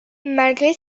malgré